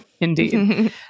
Indeed